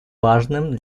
важным